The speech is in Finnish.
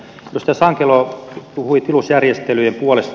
edustaja sankelo puhui tilusjärjestelyjen puolesta